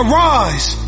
rise